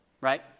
Right